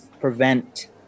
prevent